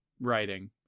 writing